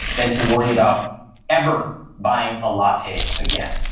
than to worry about ever buying a latte again.